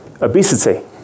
obesity